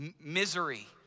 Misery